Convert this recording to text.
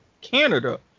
Canada